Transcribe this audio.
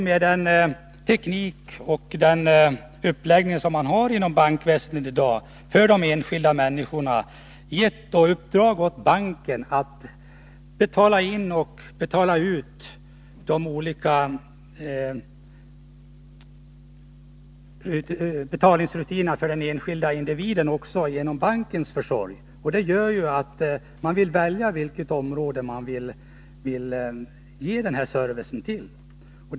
Med den teknik och den uppläggning av arbetet som bankväsendet har i dag kan banken betala in och betala ut pengar också åt den enskilda individen, och det gör att man vill välja på vilket område de här servicen skall ges.